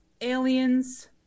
aliens